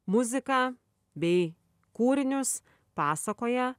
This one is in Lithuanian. muziką bei kūrinius pasakoja